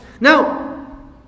Now